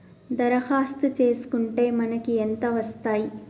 దరఖాస్తు చేస్కుంటే మనకి ఎంత వస్తాయి?